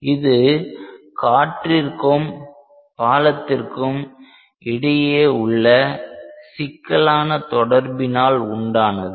இது காற்றிற்கும் பாலத்திற்கும் இடையே உள்ள சிக்கலான தொடர்பினால் உண்டானது